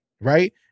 right